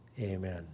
amen